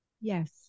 Yes